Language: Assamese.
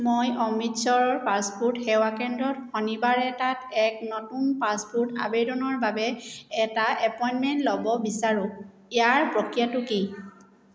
মই অমৃতসৰৰ পাছপোৰ্ট সেৱা কেন্দ্ৰত শনিবাৰ এটাত এক নতুন পাছপোৰ্ট আবেদনৰ বাবে এটা এপইণ্টমেণ্ট ল'ব বিচাৰোঁ ইয়াৰ প্ৰক্ৰিয়াটো কি